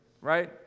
Right